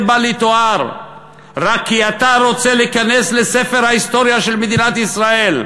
בל יתואר רק כי אתה רוצה להיכנס לספר ההיסטוריה של מדינת ישראל?